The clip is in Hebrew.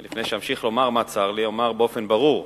ולפני שאמשיך לומר מה צר לי אומר באופן ברור: